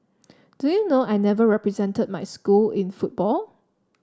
do you know I never represented my school in football